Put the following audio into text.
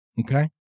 okay